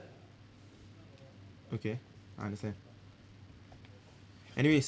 okay understand anyways